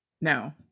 no